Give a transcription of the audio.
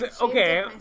okay